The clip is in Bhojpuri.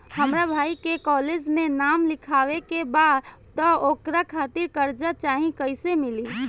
हमरा भाई के कॉलेज मे नाम लिखावे के बा त ओकरा खातिर कर्जा चाही कैसे मिली?